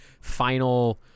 final